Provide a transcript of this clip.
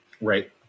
right